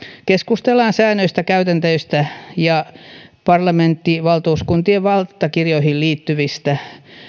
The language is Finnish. keskustellaan säännöistä käytänteistä ja parlamenttivaltuuskuntien valtakirjoihin liittyvistä